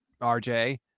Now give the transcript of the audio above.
RJ